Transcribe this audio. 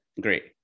great